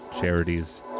charities